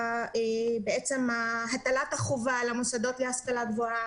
עצם הטלת החובה על המוסדות להשכלה גבוהה